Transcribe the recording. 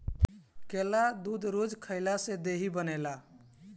केला दूध रोज खइला से देहि बनेला